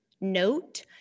note